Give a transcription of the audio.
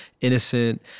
innocent